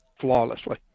flawlessly